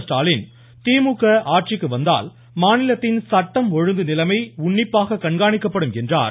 ஸ்டாலின் திமுக ஆட்சிக்கு வந்தால் மாநிலத்தின் சட்டம் ஒழுங்கு நிலைமை உன்னிப்பாக கண்காணிக்கப்படும் என்றார்